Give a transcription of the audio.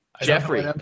jeffrey